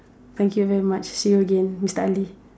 thank you very much see you again mister Ali